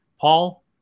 Paul